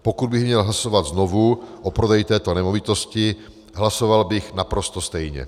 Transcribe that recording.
Pokud bych hlasovat znovu o prodeji této nemovitosti, hlasoval bych naprosto stejně.